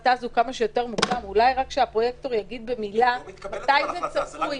אולי שהפרויקטור יגיד במילה מתי זה צפוי.